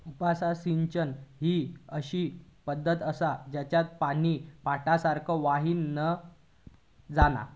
उपसा सिंचन ही अशी पद्धत आसा जेच्यात पानी पाटासारख्या व्हावान नाय जाणा